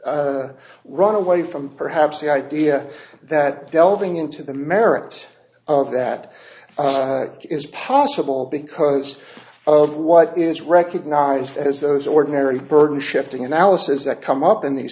run away from perhaps the idea that delving into the merits of that is possible because of what is recognized as those ordinary burdens shifting analysis that come up in these